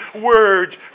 words